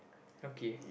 okay